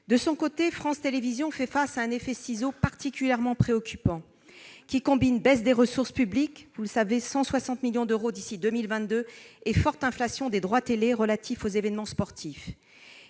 De son côté, France Télévisions fait face à un effet ciseaux particulièrement préoccupant, qui combine baisse des ressources publiques- 160 millions d'euros d'ici à 2022 -et forte inflation des droits audiovisuels relatifs aux événements sportifs.